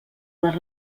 les